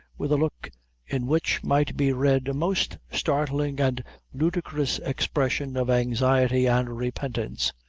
with a look in which might be read a most startling and ludicrous expression of anxiety and repentance.